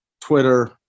Twitter